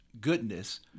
goodness